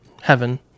heaven